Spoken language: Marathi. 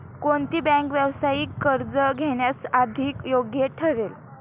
कोणती बँक व्यावसायिक कर्ज घेण्यास अधिक योग्य ठरेल?